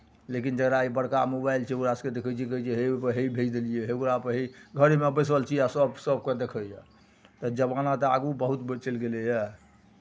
लेकिन जकरा ई बड़का मोबाइल छै ओकरा सभकेँ देखै छियै कहै छै हे ओहिपर हे ई भेज देलियै हे ओकरापर हे घरेमे बैसल छी आ सभ सभकोइ देखैए तऽ जमाना तऽ आगू बहुत ब चलि गेलैए